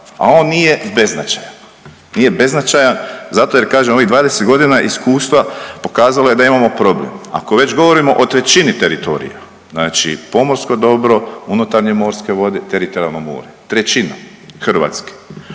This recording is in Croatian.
a on nije beznačajan. Nije beznačajan, zato jer kažem ovih 20 godina iskustva pokazalo je da imamo problem. Ako već govorimo o trećini teritorija, znači pomorsko dobro, unutarnje morske vode, teritorijalno more, trećina Hrvatske